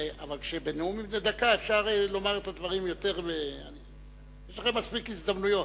רק בנאומים בני דקה אפשר לומר את הדברים יותר יש לכם מספיק הזדמנויות.